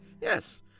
Yes